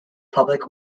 public